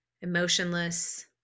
emotionless